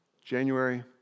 January